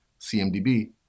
CMDB